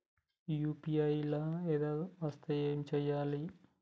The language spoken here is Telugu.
యూ.పీ.ఐ లా ఎర్రర్ వస్తే ఏం చేయాలి?